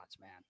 man